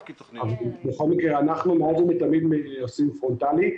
בכל מקרה אנחנו מאז ומתמיד עושים פרונטלית.